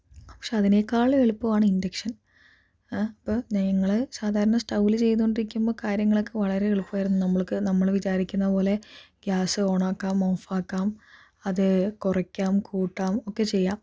പക്ഷെ അതിനേക്കാളും എളുപ്പം ആണ് ഇൻ്റക്ഷൻ ഇപ്പോൾ നിങ്ങൾ സാധാരണ സ്റ്റൗവ്വിൽ ചെയ്തുകൊണ്ടിരിക്കുമ്പോൾ കാര്യങ്ങളൊക്കെ വളരെ എളുപ്പമായിരുന്നു നമ്മൾക്ക് നമ്മൾ വിചാരിക്കുന്നപോലെ ഗ്യാസ് ഓൺ ആക്കാം ഓഫ് ആക്കാം അത് കുറയ്ക്കാം കൂട്ടാം ഒക്കെ ചെയ്യാം